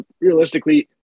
realistically